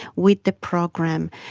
with the program,